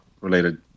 related